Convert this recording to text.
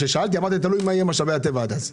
כששאלתי, אמרת: תלוי מה יהיה משאבי הטבע עד אז.